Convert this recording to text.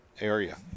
area